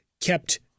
kept